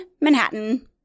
Manhattan